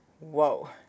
Whoa